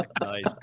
Nice